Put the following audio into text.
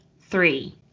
three